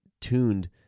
tuned